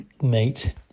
mate